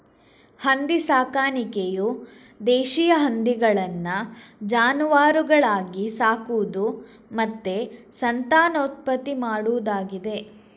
ಹಂದಿ ಸಾಕಾಣಿಕೆಯು ದೇಶೀಯ ಹಂದಿಗಳನ್ನ ಜಾನುವಾರುಗಳಾಗಿ ಸಾಕುದು ಮತ್ತೆ ಸಂತಾನೋತ್ಪತ್ತಿ ಮಾಡುದಾಗಿದೆ